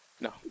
No